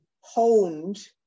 honed